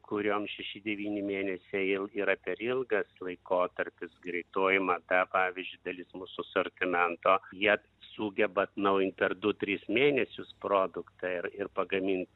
kuriom šeši devyni mėnesiai jau yra per ilgas laikotarpis greitoji mada pavyzdžiui dalis mūsų asortimento jie sugeba atnaujint per du tris mėnesius produktą ir ir pagamint